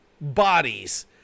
Bodies